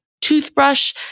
toothbrush